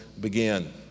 begin